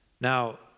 Now